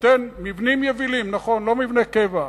נותן מבנים יבילים, נכון, לא מבני קבע.